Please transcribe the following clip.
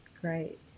great